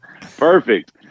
Perfect